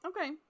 Okay